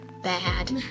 Bad